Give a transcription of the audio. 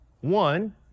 One